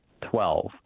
Twelve